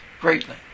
greatly